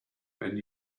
and